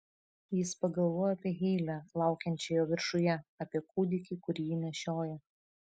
jis pagalvojo apie heilę laukiančią jo viršuje apie kūdikį kurį ji nešioja